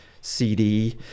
cd